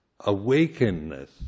awakenness